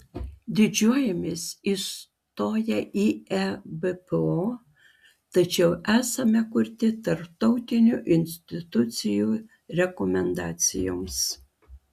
didžiuojamės įstoję į ebpo tačiau esame kurti tarptautinių institucijų rekomendacijoms